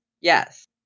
Yes